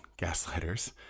gaslighters